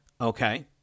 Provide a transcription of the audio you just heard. Okay